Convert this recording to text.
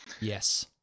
Yes